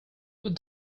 what